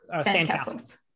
Sandcastles